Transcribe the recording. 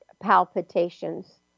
palpitations